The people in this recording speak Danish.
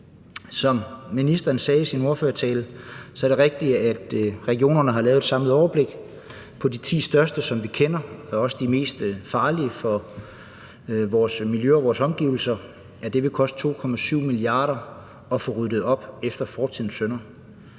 Som ministeren sagde i sin tale, er det rigtigt, at regionerne har lavet et samlet overblik over de ti største, som vi kender – det er også de mest farlige for vores miljø og vores omgivelser – og det vil koste 2,7 mia. kr. at få ryddet op efter fortidens synder.